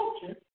culture